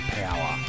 power